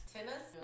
Tennis